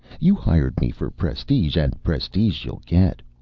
you hired me for prestige, and prestige you'll get,